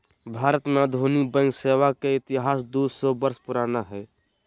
भारत में आधुनिक बैंक सेवा के इतिहास दू सौ वर्ष पुराना हइ